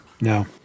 no